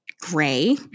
gray